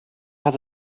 has